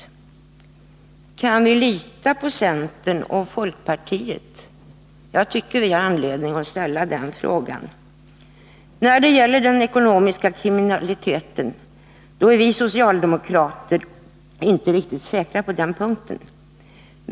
Kan vi lita på centern och folkpartiet? Jag tycker vi har anledning att ställa den frågan. När det gäller den ekonomiska kriminaliteten är vi socialdemokrater inte säkra.